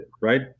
Right